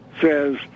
says